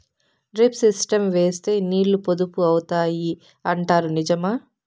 Drip system వేస్తే నీళ్లు పొదుపు అవుతాయి అంటారు నిజమా?